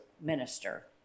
minister